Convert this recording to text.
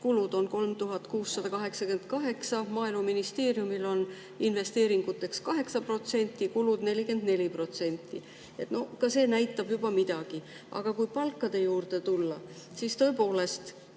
on 3688%. Maaeluministeeriumil on investeeringuteks 8%, kulud kokku 44%. Ka see näitab juba midagi. Aga kui palkade juurde tulla, siis tõepoolest,